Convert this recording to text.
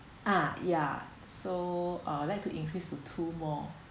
ah yeah so uh I'd like to increase to two more